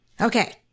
Okay